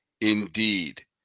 indeed